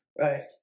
right